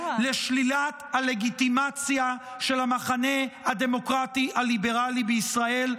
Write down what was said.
לשלילת הלגיטימציה של המחנה הדמוקרטי הליברלי בישראל.